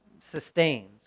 sustains